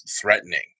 threatening